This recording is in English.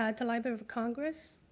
at the library of congress.